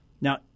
Now